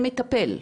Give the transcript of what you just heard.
שמטפל,